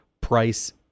price